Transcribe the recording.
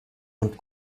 und